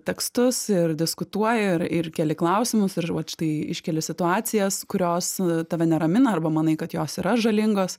tekstus ir diskutuoji ir ir keli klausimus ir vat štai iškeli situacijas kurios tave neramina arba manai kad jos yra žalingos